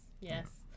yes